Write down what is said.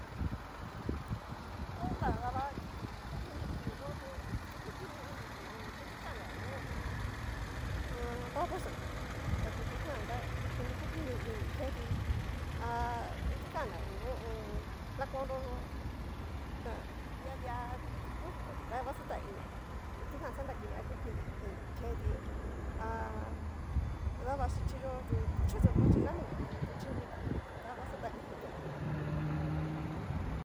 Há jan jajajaja ho tán daba kiti ngukini ini yo'o tu, tiki kukini iningi hu kiti kan na hu ho o on. ha o on. baboso ta kitjan tá kini ngukini ini keti ha. kiti kan na ngu ho o on. lakonro yó, ta di'a di'a kuti ku dikonti ta va xatan ini, itijan xanra kini aku kini ini keti, ha dabaxhichiyó ti'chutu yó chi nami nikuni tu chinruiti iditi ta va xatán ini ajan.